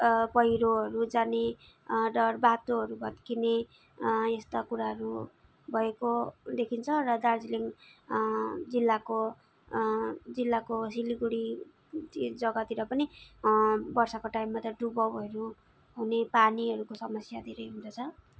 पहिरोहरू जाने डर बाटोहरू भत्किने यस्ता कुराहरू भएको देखिन्छ र दार्जिलिङ जिल्लाको जिल्लाको सिलिगुडी जग्गातिर पनि वर्षाको टाइममा त डुबाउहरू हुने पानीहरूको समस्याहरू धेरै हुँदछ